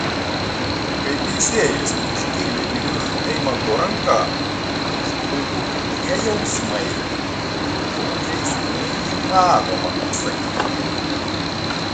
kai teisėjas iškėlė į viršų eimanto ranką užplūdo tokie jausmai kurių žodžiais neįmanoma apsakyti